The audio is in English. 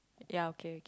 ya okay okay